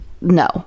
no